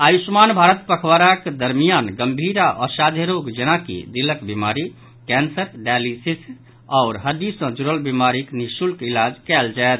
आयुष्मान भारत पखवाड़ाक दरमियान गंभीर आ असाध्य रोग जेनाकि दिलक बीमारी कैंसर डायलिसिस आओर हड्डी सॅ जुड़ल बीमारीक निःशुल्क इलाज कयल जायत